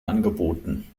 angeboten